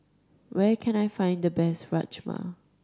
where can I find the best Rajma